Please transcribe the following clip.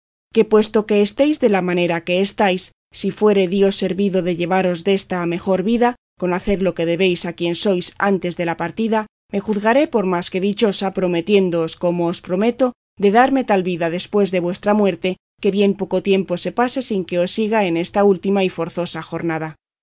que puesto que estéis de la manera que estáis si fuere dios servido de llevaros désta a mejor vida con hacer lo que debéis a quien sois antes de la partida me juzgaré por más que dichosa prometiéndoos como os prometo de darme tal vida después de vuestra muerte que bien poco tiempo se pase sin que os siga en esta última y forzosa jornada